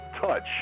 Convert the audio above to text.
Touch